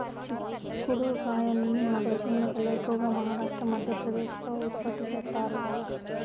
చిక్కుడు కాయల్ని మన దేశంలోకెల్లా ఎక్కువగా మహారాష్ట్ర, మధ్యప్రదేశ్ లో ఉత్పత్తి చేత్తారు